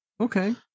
okay